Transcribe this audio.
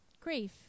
grief